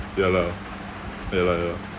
ya lah ya lah ya lah